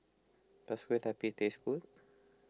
does Kue Lupis taste good